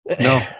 No